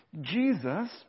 Jesus